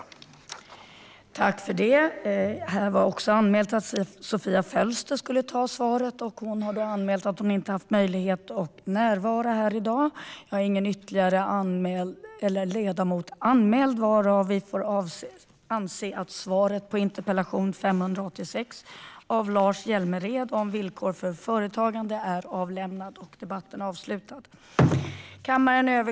Då Lars Hjälmered, som framställt interpellationen, anmält att han var förhindrad att närvara vid sammanträdet och Sofia Fölster, som skulle ha tagit emot svaret i hans ställe, även hon anmält förhinder förklarade förste vice talmannen överläggningen avslutad.